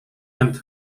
and